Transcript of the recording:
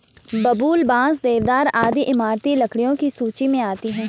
बबूल, बांस, देवदार आदि इमारती लकड़ियों की सूची मे आती है